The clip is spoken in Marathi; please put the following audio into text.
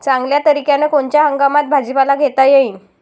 चांगल्या तरीक्यानं कोनच्या हंगामात भाजीपाला घेता येईन?